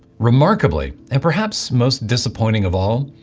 remarkably, and perhaps most disappointing of all,